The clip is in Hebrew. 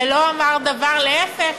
ולא אמר דבר, להפך,